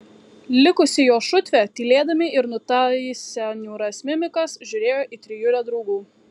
likusi jo šutvė tylėdami ir nutaisę niūrias mimikas žiūrėjo į trijulę draugų